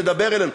תדבר אלינו.